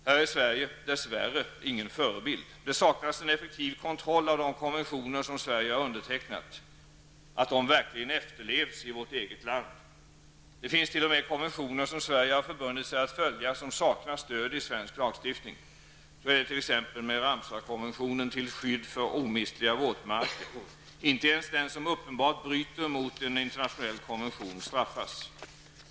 Här är Sverige, dess värre, ingen förebild. Det saknas en effektiv kontroll av att de konventioner som Sverige har undertecknat verkligen efterlevs i vårt eget land. Det finns t.o.m. konventioner som Sverige har förbundit sig att följa men som saknar stöd i svensk lagstiftning. Så är det t.ex. med Ramsarkonventionen till skydd för omistliga våtmarker. Inte ens den som uppenbart bryter mot en internationell konvention straffas.